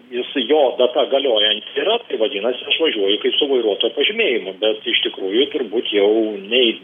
jis jo data galiojanti yra tai vadinasi aš važiuoju kaip su vairuotojo pažymėjimu bet iš tikrųjų turbūt jau nei